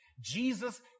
Jesus